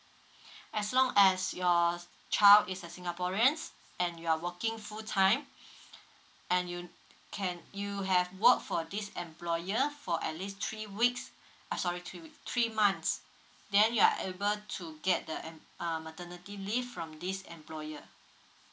as long as your child is a singaporeans and you're working full time and you can you have work for this employer year for at least three weeks uh sorry three week three months then you are able to get the em~ uh maternity leave from this employer